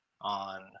on